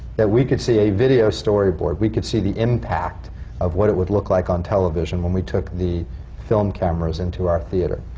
that we could see a video storyboard. we could see the impact of what it would look like on television when we took the film cameras into our theatre.